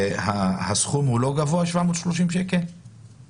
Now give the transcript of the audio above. הסכום 730 שקל לא גבוה?